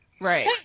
Right